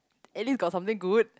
at least got something good